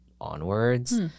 onwards